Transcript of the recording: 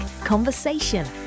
conversation